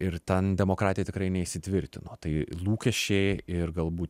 ir ten demokratija tikrai neįsitvirtino tai lūkesčiai ir galbūt